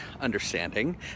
understanding